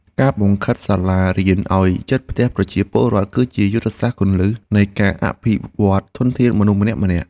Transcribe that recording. ការបង្ខិតសាលារៀនឱ្យជិតផ្ទះប្រជាពលរដ្ឋគឺជាយុទ្ធសាស្ត្រគន្លឹះនៃការអភិវឌ្ឍន៍ធនធានមនុស្សម្នាក់ៗ។